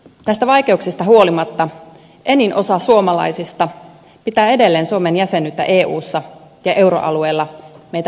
näistä vaikeuksista huolimatta enin osa suomalaisista pitää edelleen suomen jäsenyyttä eussa ja euroalueella meitä hyödyttävänä